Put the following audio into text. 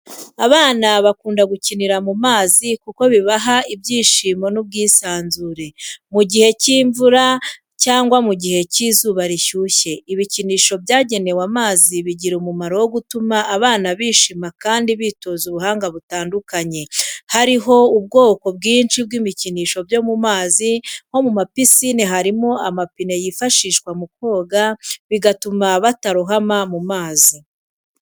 Abana bakunda gukinira mu mazi kuko bibaha ibyishimo n’ubwisanzure. Mu gihe cy’imvura cyangwa mu gihe cy’izuba rishyushye, ibikinisho byagenewe amazi bigira umumaro wo gutuma abana bishima kandi bitoza ubuhanga butandukanye. Hariho ubwoko bwinshi bw’ibikinisho byo mu mazi, nko mu mapisine harimo amapine yifashishwa mu koga, bigatuma batarohama mu mazi.